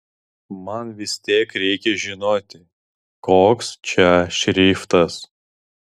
man vis tiek reikia žinoti koks čia šriftas